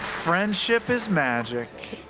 friendship is magic.